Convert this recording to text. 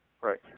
Right